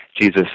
Jesus